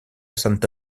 santa